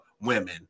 women